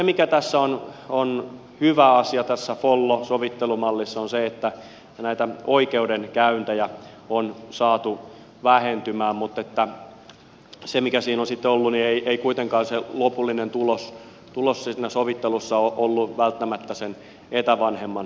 mikä tässä follo sovittelumallissa on hyvä asia on se että näitä oikeudenkäyntejä on saatu vähentymään mutta siinä on sitten ollut se että ei kuitenkaan se lopullinen tulos siinä sovittelussa ole ollut välttämättä sen etävanhemman tavoitteitten mukainen